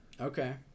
Okay